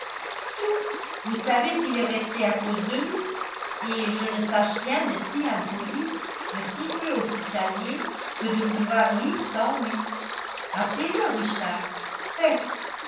tout vous savez qu'il est resté à cause de nous et je ne sache rien de si impoli de si peu hospitalier que de vouloir lire sans lui appelez-le richard faites